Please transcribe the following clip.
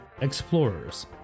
Explorers